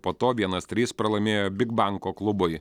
po to vienas trys pralaimėjo bik banko klubui